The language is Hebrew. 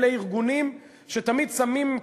אלה ארגונים שתמיד שמים,